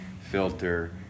filter